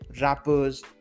rappers